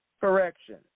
Correction